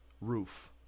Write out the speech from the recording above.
roof